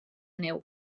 neu